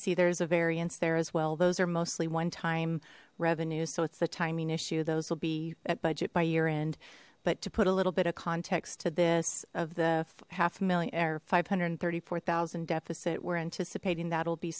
see there is a variance there as well those are mostly one time revenue so it's the timing issue those will be at budget by year end but to put a little bit of context to this of the half a million error five hundred and thirty four thousand deficit we're anticipating that'll be